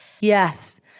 Yes